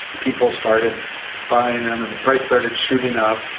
people started buying them and the price started shooting up.